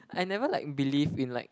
I never like believe in like